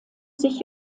sich